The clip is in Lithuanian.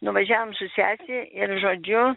nuvažiavom su sese ir žodžiu